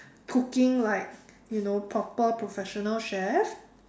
cooking like you know proper professional chef